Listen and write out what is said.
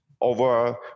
over